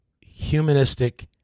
humanistic